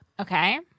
Okay